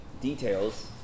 details